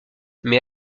mais